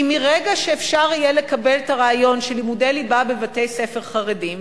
כי מרגע שאפשר יהיה לקבל את הרעיון של לימודי ליבה בבתי-ספר חרדיים,